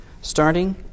starting